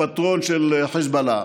הפטרון של חיזבאללה.